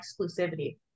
exclusivity